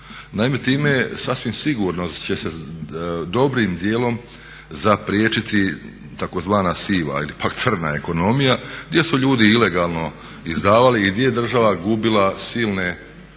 Naime, time sasvim sigurno će se dobrim dijelom zapriječiti tzv. siva ili pak crna ekonomija gdje su ljudi ilegalno izdavali i gdje je država gubila silne milijune